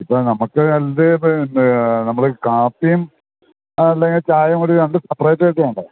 ഇപ്പം നമുക്ക് എന്ത് ഇപ്പം നമ്മൾ കാപ്പിയും അല്ലെങ്കിൽ ചായയും കൂടി രണ്ടും സെപ്പറേറ്റ് ആയിട്ട് വേണ്ടേ